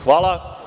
Hvala.